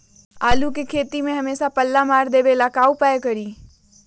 आलू के खेती में हमेसा पल्ला मार देवे ला का उपाय करी?